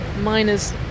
miners